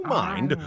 mind